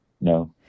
No